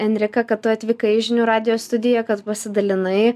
enrika kad tu atvykai į žinių radijo studiją kad pasidalinai